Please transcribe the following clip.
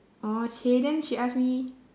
orh !chey! then she ask me